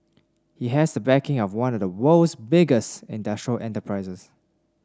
he has a backing of one of the world's biggest industrial enterprises